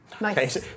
Nice